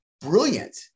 brilliant